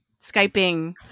Skyping